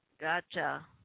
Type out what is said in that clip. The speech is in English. Gotcha